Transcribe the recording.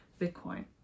Bitcoin